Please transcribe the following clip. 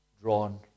drawn